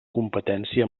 competència